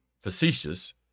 facetious